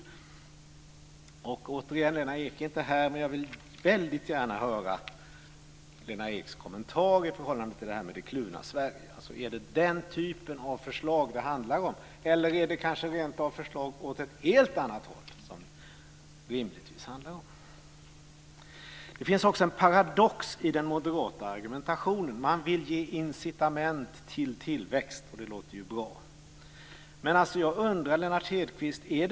Jag upprepar återigen att Lena Ek inte är här, men jag vill väldigt gärna höra Lena Eks kommentar till frågan om det kluvna Sverige. Är det den typen av förslag det handlar om, eller är det kanske rentav förslag åt ett helt annat håll? Det finns också en paradox i den moderata argumentationen. Man vill ge incitament till tillväxt. Det låter ju bra.